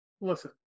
listen